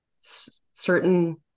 certain